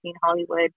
Hollywood